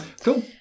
Cool